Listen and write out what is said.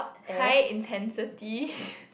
high intensity